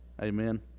Amen